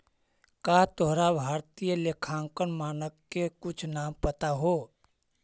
का तोरा भारतीय लेखांकन मानक के कुछ नाम पता हो?